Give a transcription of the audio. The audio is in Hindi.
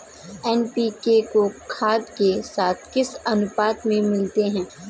एन.पी.के को खाद के साथ किस अनुपात में मिलाते हैं?